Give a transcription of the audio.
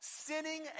sinning